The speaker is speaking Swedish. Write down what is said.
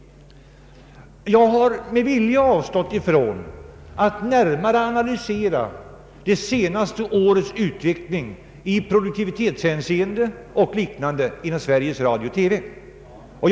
Jag har avsiktligt avstått från att närmare analysera det senaste årets utveckling i produktivitetshänseende etc. inom Sveriges Radio och TV.